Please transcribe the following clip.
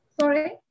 Sorry